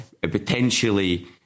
potentially